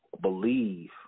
believe